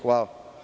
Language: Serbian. Hvala.